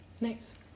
nice